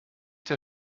der